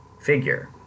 figure